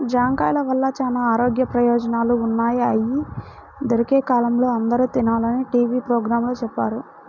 జాంకాయల వల్ల చానా ఆరోగ్య ప్రయోజనాలు ఉన్నయ్, అయ్యి దొరికే కాలంలో అందరూ తినాలని టీవీ పోగ్రాంలో చెప్పారు